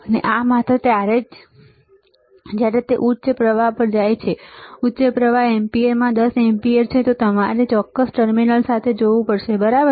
અને આ માત્ર ત્યારે જ જ્યારે તે ઉચ્ચ પ્રવાહ પર જાય છે ઉચ્ચ પ્રવાહ એમ્પીયરમાં 10 એમ્પીયર છે તો તમારે આ ચોક્કસ ટર્મિનલ્સને જોડવા પડશે બરાબર